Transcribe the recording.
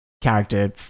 character